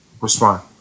respond